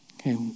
Okay